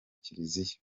kiliziya